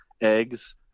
eggs